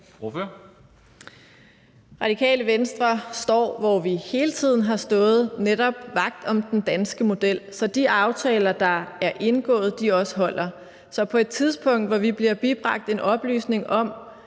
Radikale Venstre står, hvor vi hele tiden har stået, nemlig vagt om den danske model, så de aftaler, der er indgået, også holder. Så på et tidspunkt, hvor vi blev bibragt en oplysning om,